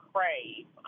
Crave